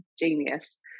genius